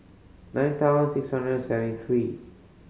nine thousand six hundred and seventy three